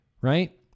right